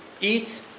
eat